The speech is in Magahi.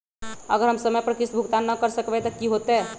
अगर हम समय पर किस्त भुकतान न कर सकवै त की होतै?